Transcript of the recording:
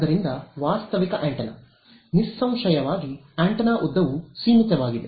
ಆದ್ದರಿಂದ ವಾಸ್ತವಿಕ ಆಂಟೆನಾ ನಿಸ್ಸಂಶಯವಾಗಿ ಆಂಟೆನಾ ಉದ್ದವು ಸೀಮಿತವಾಗಿದೆ